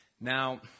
Now